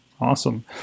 Awesome